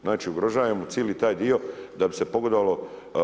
Znači ugrožajemo cijeli taj dio da bi se pogodovalo.